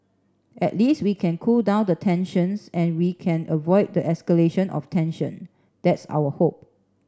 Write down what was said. at least we can cool down the tensions and we can avoid the escalation of tension that's our hope